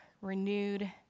renewed